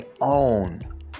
own